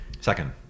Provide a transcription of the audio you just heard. Second